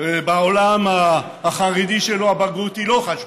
בעולם החרדי שלו הבגרות היא לא חשובה: